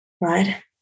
right